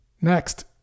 Next